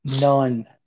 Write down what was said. None